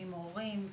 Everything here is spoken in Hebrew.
הורים,